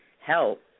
help